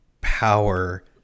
power